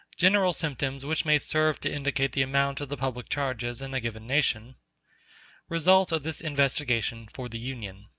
general symptoms which may serve to indicate the amount of the public charges in a given nation result of this investigation for the union.